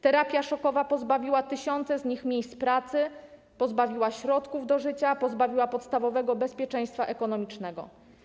Terapia szokowa pozbawiła tysiące z nich miejsc pracy, środków do życia, a także podstawowego bezpieczeństwa ekonomicznego.